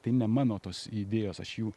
tai ne mano tos idėjos aš jų